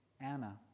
Anna